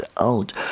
out